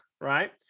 right